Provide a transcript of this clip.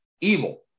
evil